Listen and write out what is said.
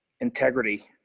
integrity